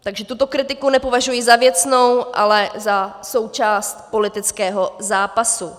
Takže tuto kritiku nepovažuji za věcnou, ale za součást politického zápasu.